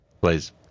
Please